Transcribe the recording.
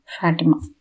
Fatima